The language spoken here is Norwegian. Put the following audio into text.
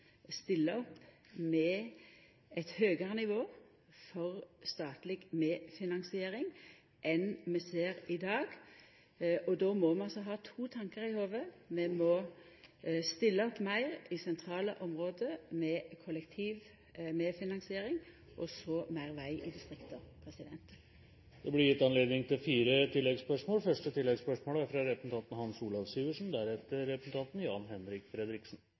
stilla opp med eit høgare nivå for statleg medfinansiering enn det vi ser i dag, og då må vi ha to tankar i hovudet: Vi må stilla opp meir i sentrale område med kollektivmedfinansiering, og vi må få meir veg i distrikta. Det blir gitt anledning til fire